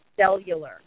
cellular